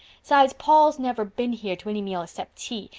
sides, paul's never been here to any meal escept tea,